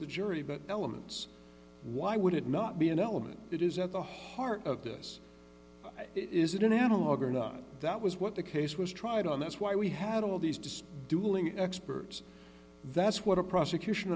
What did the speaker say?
the jury but elements why would it not be an element that is at the heart of this is it an analog or not that was what the case was tried on that's why we had all these disks dueling experts that's what the prosecution